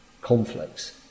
conflicts